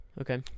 Okay